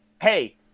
hey